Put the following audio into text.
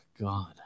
God